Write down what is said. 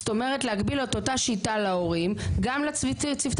זאת אומרת להקביל את אותה שיטה להורים גם לצוותי